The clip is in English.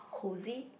cozy